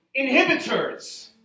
inhibitors